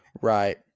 Right